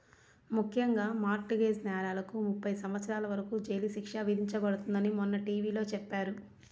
ముఖ్యంగా mortgage నేరాలకు ముప్పై సంవత్సరాల వరకు జైలు శిక్ష విధించబడుతుందని మొన్న టీ.వీ లో చెప్పారు